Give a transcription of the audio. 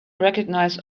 recognize